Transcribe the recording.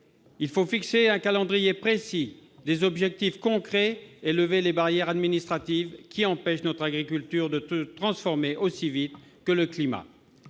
Il faut fixer un calendrier précis, des objectifs concrets et lever les barrières administratives qui empêchent notre agriculture de se transformer aussi vite que le climat.